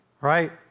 right